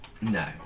No